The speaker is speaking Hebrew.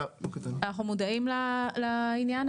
אנחנו מודעים לעניין,